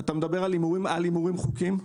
אתה מדבר על הימורים חוקיים?